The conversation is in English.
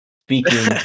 speaking